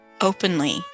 openly